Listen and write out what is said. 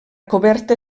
coberta